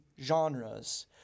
genres